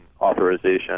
authorization